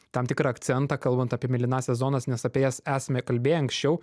tam tikrą akcentą kalbant apie mėlynąsias zonas nes apie jas esame kalbėję anksčiau